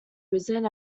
risen